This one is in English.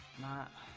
not